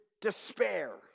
despair